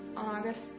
August